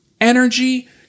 energy